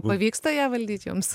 pavyksta ją valdyt jums